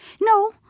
No